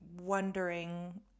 wondering